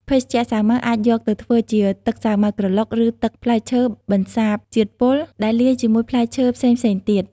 ភេសជ្ជៈ សាវម៉ាវអាចយកទៅធ្វើជា ទឹកសាវម៉ាវក្រឡុក ឬ ទឹកផ្លែឈើបន្សារជាតិពុល ដែលលាយជាមួយផ្លែឈើផ្សេងៗទៀត។